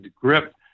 grip